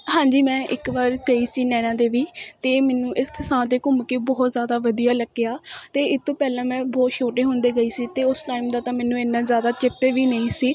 ਹਾਂਜੀ ਮੈਂ ਇੱਕ ਵਾਰ ਗਈ ਸੀ ਨੈਣਾਂ ਦੇਵੀ ਅਤੇ ਮੈਨੂੰ ਇਸ ਥਾਂ 'ਤੇ ਘੁੰਮ ਕੇ ਬਹੁਤ ਜ਼ਿਆਦਾ ਵਧੀਆ ਲੱਗਿਆ ਅਤੇ ਇਸ ਤੋਂ ਪਹਿਲਾਂ ਮੈਂ ਬਹੁਤ ਛੋਟੇ ਹੁੰਦੇ ਗਏ ਸੀ ਅਤੇ ਉਸ ਟਾਈਮ ਦਾ ਤਾਂ ਮੈਨੂੰ ਇੰਨਾਂ ਜ਼ਿਆਦਾ ਚੇਤੇ ਵੀ ਨਹੀਂ ਸੀ